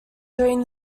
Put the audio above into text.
during